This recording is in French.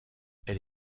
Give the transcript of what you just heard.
elle